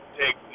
take